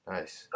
Nice